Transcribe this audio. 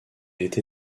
été